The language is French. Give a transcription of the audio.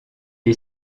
est